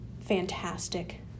fantastic